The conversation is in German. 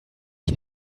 ich